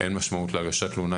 אין משמעות להגשת תלונה,